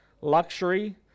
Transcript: luxury